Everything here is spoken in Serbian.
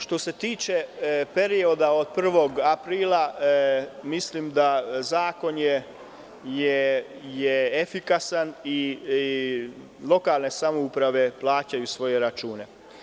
Što se tiče perioda od 1. aprila, mislim da zakon je efikasan i lokalne samouprave plaćaju svoje račune.